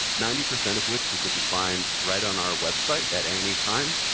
ninety percent of which you can find right on our website at any time.